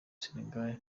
sénégal